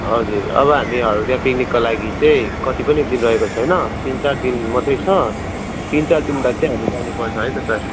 हजुर अब हामी हल्दिया पिकनिकको लागि चाहिँ कति पनि दिन रहेको छैन तिन चार दिन मात्रै छ तिन चार दिन बाद चाहिँ हामी जानु पर्छ है त सर